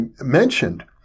mentioned